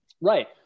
Right